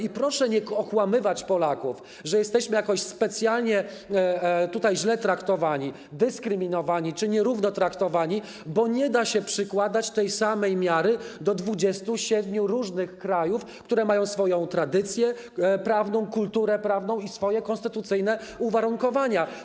I proszę nie okłamywać Polaków, że jesteśmy jakoś specjalnie źle traktowani, dyskryminowani czy nierówno traktowani, bo nie da się przykładać tej samej miary do 27 różnych krajów, które mają swoją tradycję prawną, kulturę prawną i swoje konstytucyjne uwarunkowania.